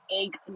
egg